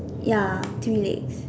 ya three legs